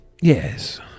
Yes